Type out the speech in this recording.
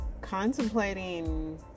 contemplating